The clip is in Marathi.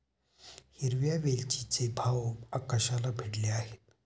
हिरव्या वेलचीचे भाव आकाशाला भिडले आहेत